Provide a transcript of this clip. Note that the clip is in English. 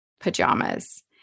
pajamas